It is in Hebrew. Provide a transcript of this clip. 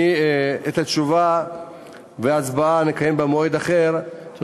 את התשובה וההצבעה נקיים במועד אחר, תודה.